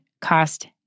cost